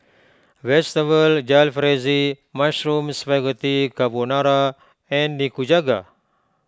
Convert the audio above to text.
Vegetable Jalfrezi Mushroom Spaghetti Carbonara and Nikujaga